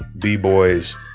B-Boys